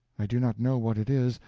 i do not know what it is,